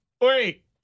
Wait